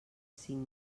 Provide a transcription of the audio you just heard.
cinc